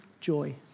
joy